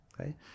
okay